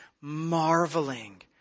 marveling